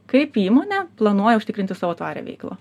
kaip įmonė planuoja užtikrinti savo tvarią veiklą